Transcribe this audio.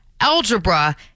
algebra